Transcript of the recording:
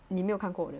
你没有看过